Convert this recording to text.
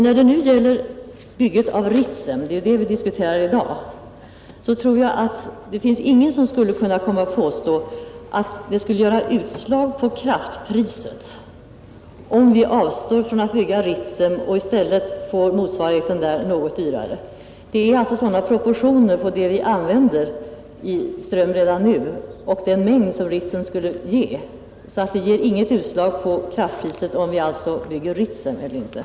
När det gäller utbyggnad av Ritsem — det är ju det vi diskuterar i dag — tror jag inte att någon skulle kunna påstå att det skulle ge utslag på elkraftpriset om vi avstår från att bygga Ritsem och i stället får till stånd en något dyrare kraftproduktion. Proportionerna mellan den mängd elkraft vi använder redan nu och den mängd Ritsem skulle ge är inte sådana att det inverkar på kraftpriset.